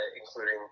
including